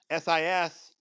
SIS